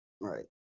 right